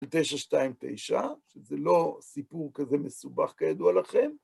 תשע שתיים תשע, שזה לא סיפור כזה מסובך כידוע לכם.